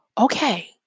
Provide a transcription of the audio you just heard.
okay